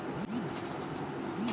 কম সার গ্রহণকারী শস্য কোনগুলি?